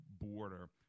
border